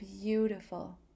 beautiful